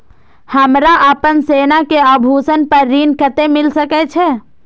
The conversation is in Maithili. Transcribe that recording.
हमरा अपन सोना के आभूषण पर ऋण कते मिल सके छे?